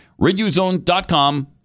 RIDUZONE.com